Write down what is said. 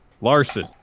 Larson